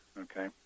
okay